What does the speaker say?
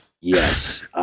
Yes